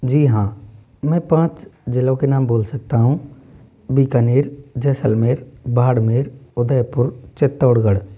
जी हाँ मैं पाँच ज़िलों के नाम बोल सकता हूँ बीकानेर जैसलमेर बाड़मेर उदयपुर चित्तोड़गढ़